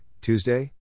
Tuesday